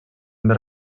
més